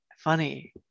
funny